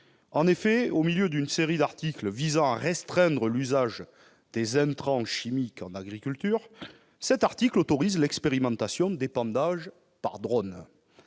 En effet, au milieu d'une série d'articles visant à restreindre l'usage des intrants chimiques en agriculture, il autorise l'expérimentation d'épandage par drone.